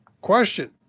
question